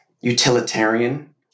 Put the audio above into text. utilitarian